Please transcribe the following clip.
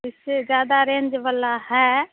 इससे ज़्यादा रेंज वाला है